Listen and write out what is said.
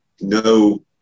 no